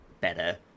better